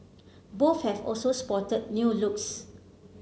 both have also spotted new looks